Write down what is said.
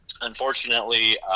unfortunately